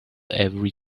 every